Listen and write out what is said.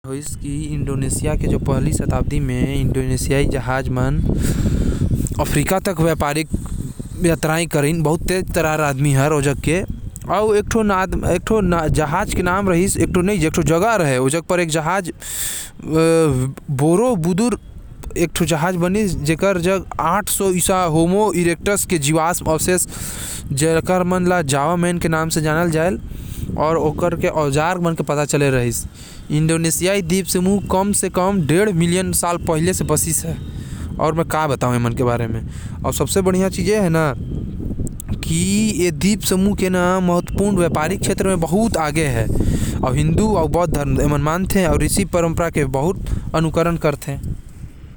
इंडोनेशिया के पहले शताब्दी म व्यापारी मन जहाज म अफ्रीका तक व्यापार करिन। इन्डोनेशियाई महाद्वीप समहू कम से कम डेढ़ मिलियन साल पहले के बसिस हवे।